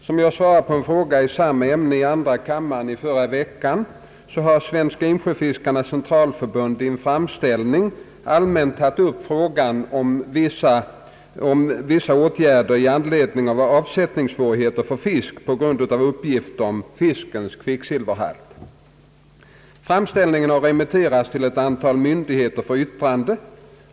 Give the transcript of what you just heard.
Som jag svarade på en fråga i samma ämne i andra kammaren i förra veckan har Svenska insjöfiskarenas centralförbund i en framställning allmänt tagit upp frågan om vissa åtgärder i anledning av avsättningssvårigheter för fisk på grund av uppgifter om fiskens kvicksilverhalt. Framställningen har remitterats till ett antal myndigheter för yttrande.